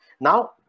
Now